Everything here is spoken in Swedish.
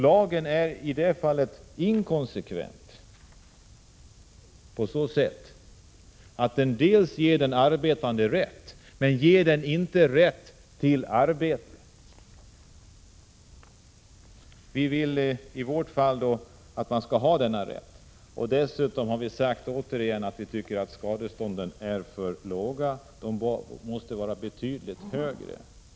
Lagen är således i detta fall inkonsekvent — den ger den arbetande rätt, men ger inte honom eller henne rätt till arbete. Vi anser att man skall ha denna rätt till arbete. Vi anser dessutom att skadestånden är för låga, de måste vara betydligt högre.